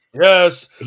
yes